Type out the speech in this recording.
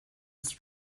was